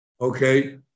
okay